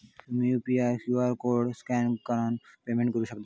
तुम्ही UPI QR code scan करान payment करू शकता